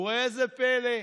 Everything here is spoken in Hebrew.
וראה זה פלא,